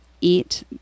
eat